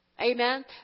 Amen